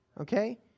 okay